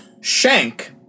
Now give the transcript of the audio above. Shank